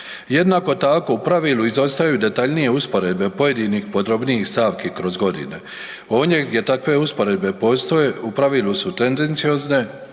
Jednako tako u pravilu izostaju detaljnije usporedbe pojedinih podrobnijih stavki kroz godine. Ondje gdje takve usporedbe postoje u pravilu su tendenciozne,